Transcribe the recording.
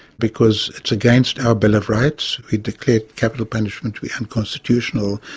because it's against our bill of rights, we've declared capital punishment to be unconstitutional,